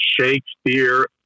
Shakespeare